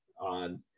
on